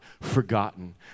forgotten